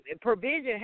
provision